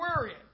worrying